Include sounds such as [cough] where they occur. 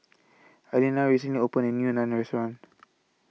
Aleena recently opened A New Naan Restaurant [noise]